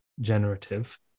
generative